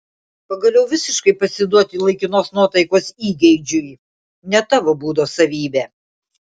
pagaliau visiškai pasiduoti laikinos nuotaikos įgeidžiui ne tavo būdo savybė